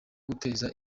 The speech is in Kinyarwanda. guteza